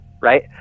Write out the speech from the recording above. right